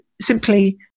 simply